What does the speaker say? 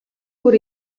бүр